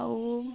ଆଉ